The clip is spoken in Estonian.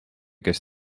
kes